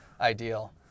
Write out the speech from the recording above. ideal